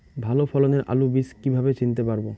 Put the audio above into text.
ভালো ফলনের আলু বীজ কীভাবে চিনতে পারবো?